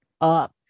up